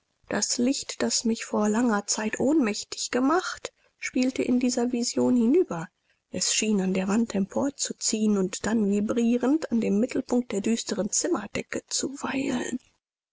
das licht das mich vor langer zeit ohnmächtig gemacht spielte in diese vision hinüber es schien an der wand empor zu ziehen und dann virbrierend an dem mittelpunkt der düsteren zimmerdecke zu weilen